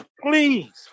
please